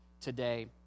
today